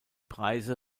preise